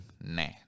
nah